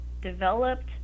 developed